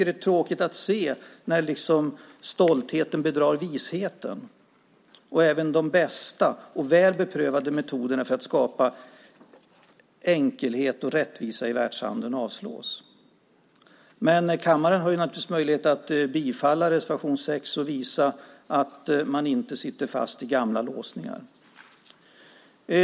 Det är tråkigt att se när stoltheten bedrar visheten och även de bästa och väl beprövade metoderna för att skapa enkelhet och rättvisa i världshandeln avslås. Men kammaren har naturligtvis möjlighet att bifalla reservation 6 och visa att man inte sitter fast i gamla låsningar.